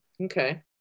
okay